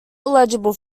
eligible